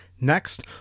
Next